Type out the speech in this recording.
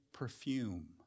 perfume